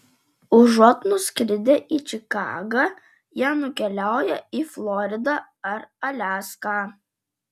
užuot nuskridę į čikagą jie nukeliauja į floridą ar aliaską